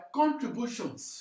contributions